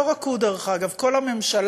לא רק הוא, דרך אגב, כל הממשלה.